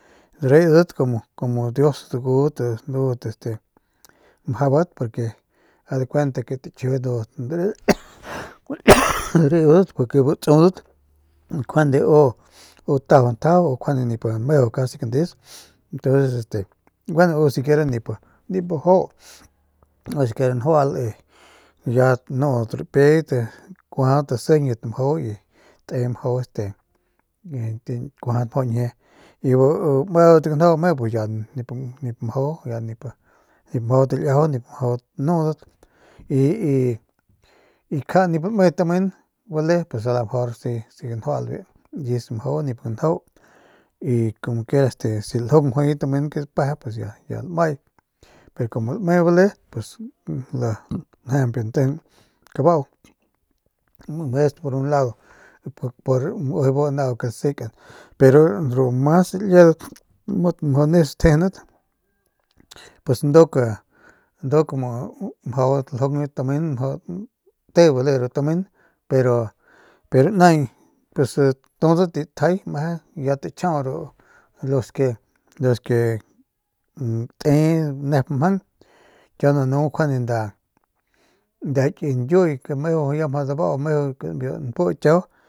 Nip lauibat jiibat ru rapiayat dareudat como dios dagudat ndat mjabat pa ke a de kuenta ndu takji ndu dare dareudat purke bu tsudat njuande u tajau ntjajau u njuande nip meju casi kandeus ntunces este gueno u siquiera nip ajuau esque njuaal y ya nudat ripiayat kuajadat sijiñat mjau y te mjau este kuajadat mjau ñjie bu meudat ganjau me ya nip mjau nip mjau talijau nip mjau nudat y y kja nip lame tamen bale a lo mejor si ganjual biu nkis mjau nip ganjau y como quiera si laljung juay biu tamen ke paje pues ya lamay pe kumu lame bale pus lanjejemp biu ntejeun kabau es por un lado por ujuy bu nau ke lasekan pero ru mas liedat jut mjau nis tjejeunat pues nduk nduk mjau ljung biu tamen mjau te bale ru tamen pero pe naañ pues tudat y tjay meje ya tachjiau ru los que los que te nep mjang kiau nanu njuande nda ki ñkiuy ke meju ya mjau dabau meju biu npu kiau.